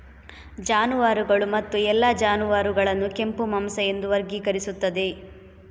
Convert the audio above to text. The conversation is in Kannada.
ಜಾನುವಾರುಗಳು ಮತ್ತು ಎಲ್ಲಾ ಜಾನುವಾರುಗಳನ್ನು ಕೆಂಪು ಮಾಂಸ ಎಂದು ವರ್ಗೀಕರಿಸುತ್ತದೆ